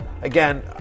Again